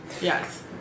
Yes